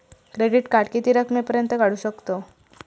Credit card किती रकमेपर्यंत काढू शकतव?